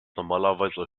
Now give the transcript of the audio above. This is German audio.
normalerweise